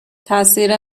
تاثیر